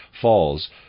falls